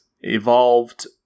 evolved